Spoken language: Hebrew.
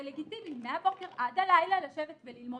זה לגיטימי מהבוקר עד הלילה לשבת וללמוד.